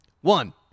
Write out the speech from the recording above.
One